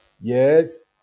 Yes